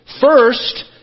First